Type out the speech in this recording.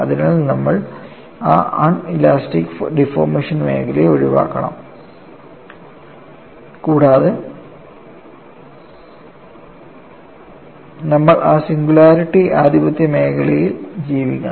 അതിനാൽ നമ്മൾ ആ അൺഇലാസ്റ്റിക് ഡിഫോർമേഷൻ മേഖലയെ ഒഴിവാക്കണം കൂടാതെ നമ്മൾ ആ സിംഗുലാരിറ്റി ആധിപത്യമേഖലയിൽ ജീവിക്കണം